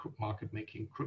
market-making